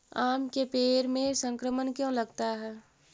आम के पेड़ में संक्रमण क्यों लगता है?